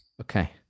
Okay